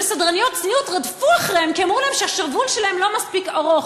וסדרניות צניעות רדפו אחריהן כי אמרו להן שהשרוול שלהן לא מספיק ארוך.